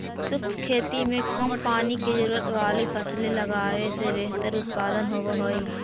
शुष्क खेती में कम पानी की जरूरत वाली फसलें लगावे से बेहतर उत्पादन होव हई